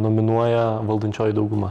nominuoja valdančioji dauguma